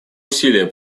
усилия